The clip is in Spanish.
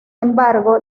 embargo